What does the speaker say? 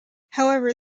however